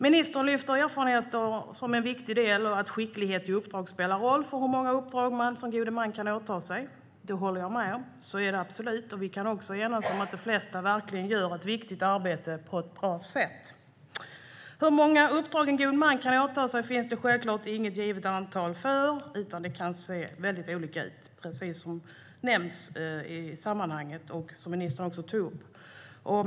Ministern lyfter fram erfarenhet som en viktig del och att skicklighet spelar roll för hur många uppdrag man som god man kan åta sig. Det håller jag med om. Så är det absolut, och vi kan också enas om att de flesta verkligen gör ett viktigt arbete på ett bra sätt. Hur många uppdrag en god man kan åta sig finns det självklart inget givet tak för, utan det kan se väldigt olika ut, precis som nämns i sammanhanget och som ministern också tog upp.